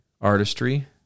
artistry